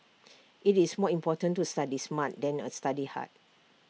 IT is more important to study smart than A study hard